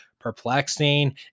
perplexing